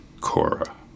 Cora